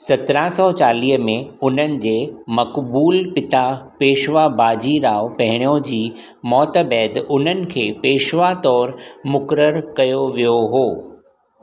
सत्रहं सौ चालीह में उन्हनि जे मक़बूलु पिता पेशवा बाजीराव पहिरियों जी मौति बैदि उन्हनि खे पेशवा तौरु मुक़ररु कयो वियो हुयो